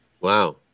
wow